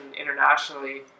internationally